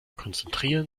konzentrieren